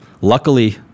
Luckily